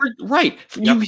Right